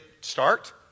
start